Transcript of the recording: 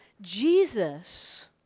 Jesus